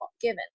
given